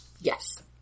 Yes